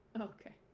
Okay